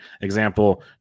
Example